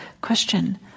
question